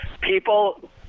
people